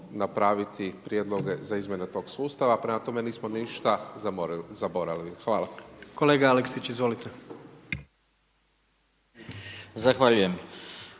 napraviti prijedloge za izmjenu tog sustava, prema tome, nismo ništa zaboravili. Hvala. **Jandroković, Gordan